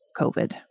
COVID